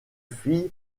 fille